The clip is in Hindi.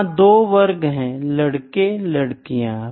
यहाँ दो वर्ग है लड़के और लड़किया